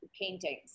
paintings